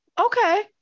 okay